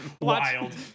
Wild